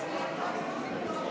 כביש 444,